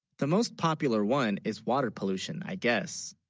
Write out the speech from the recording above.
the most popular one is water pollution i guess